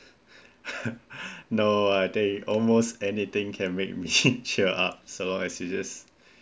no I tell you almost anything can make me cheer up so I suggest